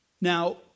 Now